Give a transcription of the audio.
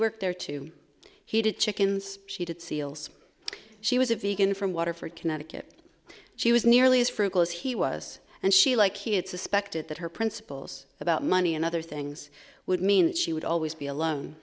worked there too he did chickens she did seals she was a vegan from waterford connecticut she was nearly as frugal as he was and she like he had suspected that her principles about money and other things would mean that she would always be alone